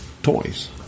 toys